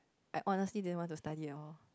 I honestly didn't want to study at all